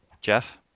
Jeff